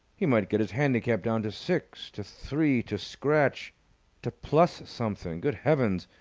he might get his handicap down to six to three to scratch to plus something! good heavens,